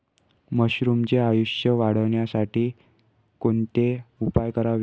मशरुमचे आयुष्य वाढवण्यासाठी कोणते उपाय करावेत?